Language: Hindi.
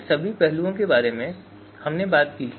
इन सभी पहलुओं के बारे में हमने बात की